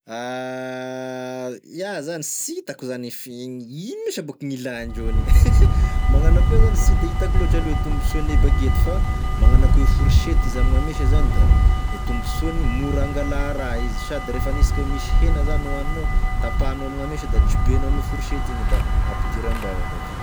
Iaho zany sy hitako zany i fihiny, ino me sabako gn'ilàndreo an'igny magnano akô iao zany sy de hitako lôtry aloha gny tombonsoan'ny bagety fa magnano akô e forsety izy amigna mesa zany e tombonsoany mora angalà raha izy sady refa aniasika misy hena zany e hoaninao tapahanao amigna mesa da tribihanao ame forsety igny da ampidira am-bava da vita.